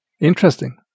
interesting